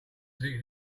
six